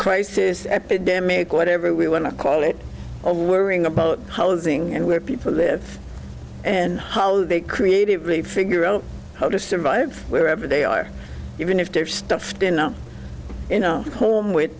crisis epidemic whatever we want to call it a worrying about housing and where people live and how they creatively figure out how to survive wherever they are even if they've stuffed enough you know home with